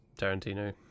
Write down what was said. Tarantino